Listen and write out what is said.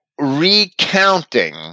recounting